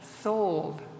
sold